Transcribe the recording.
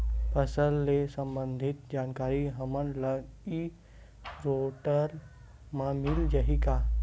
फसल ले सम्बंधित जानकारी हमन ल ई पोर्टल म मिल जाही का?